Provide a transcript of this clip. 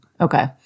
Okay